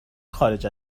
خارج